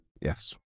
yes